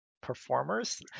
performers